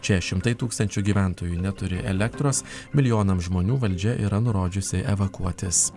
čia šimtai tūkstančių gyventojų neturi elektros milijonams žmonių valdžia yra nurodžiusi evakuotis